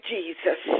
Jesus